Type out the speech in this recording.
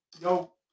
No